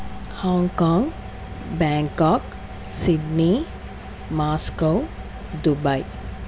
Hong Kong Bangkok Sydney Moscow Dubai